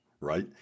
right